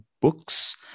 books